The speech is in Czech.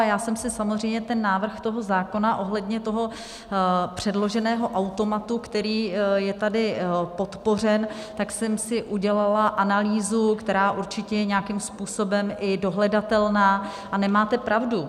Já jsem si samozřejmě ten návrh zákona ohledně předloženého automatu, který je tady podpořen, tak jsem si udělala analýzu, která určitě je nějakým způsobem i dohledatelná, a nemáte pravdu.